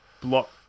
block